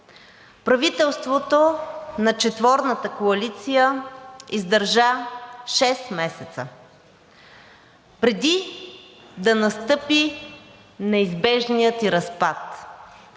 Правителството на четворната коалиция издържа шест месеца, преди да настъпи неизбежният ѝ разпад.